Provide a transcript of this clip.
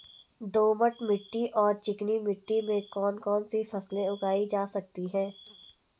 दोमट मिट्टी और चिकनी मिट्टी में कौन कौन सी फसलें उगाई जा सकती हैं?